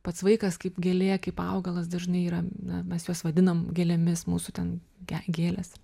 pats vaikas kaip gėlė kaip augalas dažnai yra na mes juos vadinam gėlėmis mūsų ten ge gėlės